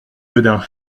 gaudin